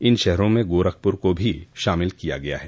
इन शहरों में गोरखपुर को भी शामिल किया गया है